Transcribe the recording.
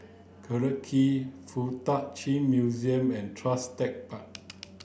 Collyer Quay Fuk Tak Chi Museum and Tuas Tech Park